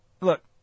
Look